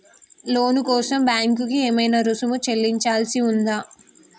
లోను కోసం బ్యాంక్ కి ఏమైనా రుసుము చెల్లించాల్సి ఉందా?